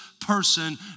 person